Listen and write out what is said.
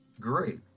Great